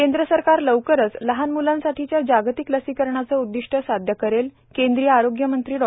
केंद्र सरकार लवकरच लहान मुलांसाठीच्या जागतिक लसिकरणाचं उद्दिष्ट साध्य करेल ः केंद्रीय आरोग्यमंत्री डॉ